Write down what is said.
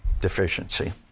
deficiency